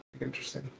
interesting